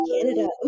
Canada